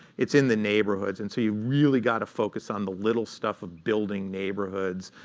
it's in the neighborhoods. and so you've really got to focus on the little stuff of building neighborhoods,